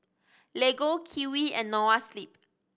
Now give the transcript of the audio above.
Lego Kiwi and Noa Sleep